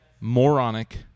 moronic